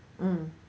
mm